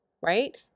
right